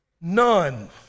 None